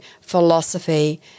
philosophy